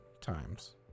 times